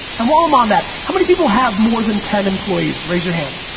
and while i'm on that, how many people have more than ten employees, raise your hand.